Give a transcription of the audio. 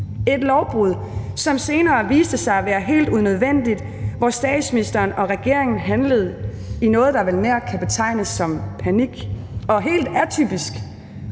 et lovbrud, som senere viste sig at være helt unødvendigt, hvor statsministeren og regeringen handlede i noget, der vel nærmest kan betegnes som panik, og helt atypisk